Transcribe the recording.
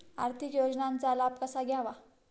आर्थिक योजनांचा लाभ कसा घ्यावा?